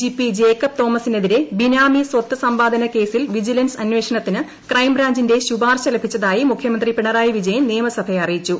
ജിപ്പിൽക്കബ് തോമസിനെതിരെ ബിനാമി സ്വത്ത് സമ്പാദന കേസിൽ ്വിജിലൻസ് അന്വേഷണത്തിന് ക്രൈംബ്രാഞ്ചിന്റെ ശുപാർശ് ലഭിച്ചതായി മുഖ്യമന്ത്രി പിണറായി വിജയൻ നിയമസഭയെ അറിയിച്ചു